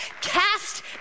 cast